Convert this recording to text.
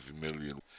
million